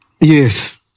Yes